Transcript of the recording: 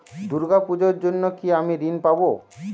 দুর্গা পুজোর জন্য কি আমি ঋণ পাবো?